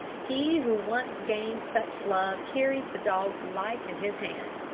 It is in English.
he who once gains such love carries the dog's life in his hand.